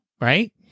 right